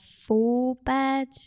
four-bed